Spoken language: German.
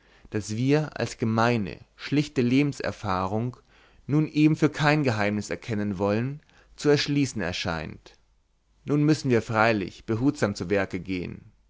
das wir als gemeine schlichte lebenserfahrung nun eben für kein geheimnis erkennen wollen zu erschließen scheint nur müssen wir freilich behutsam zu werke gehn